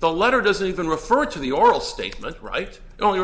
the letter doesn't even refer to the oral statement right only